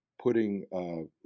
putting